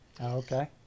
Okay